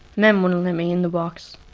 men wouldn't let me in the box.